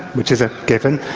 which is a given,